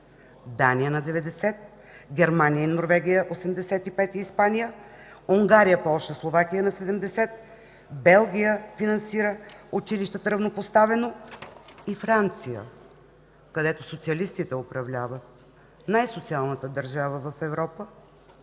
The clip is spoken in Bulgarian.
Дания – на 90%; Германия, Норвегия и Испания – на 85%, Унгария, Полша, Словакия – на 70%; Белгия също финансира училищата равнопоставено; и Франция, където социалистите управляват, най-социалната държава в Европа